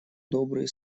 добрые